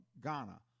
Ghana